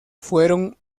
fueron